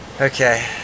Okay